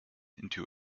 into